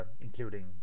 including